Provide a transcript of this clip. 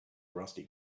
rusty